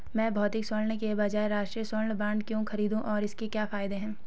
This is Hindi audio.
मैं भौतिक स्वर्ण के बजाय राष्ट्रिक स्वर्ण बॉन्ड क्यों खरीदूं और इसके क्या फायदे हैं?